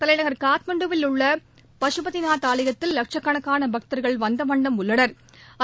தலைநகர் காத்மண்டுவில் உள்ள பசுபதிநாத் ஆலயத்தில் லட்சக்கணக்கான பக்தர்கள் வந்த வண்ணம் உள்ளனா்